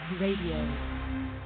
Radio